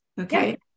okay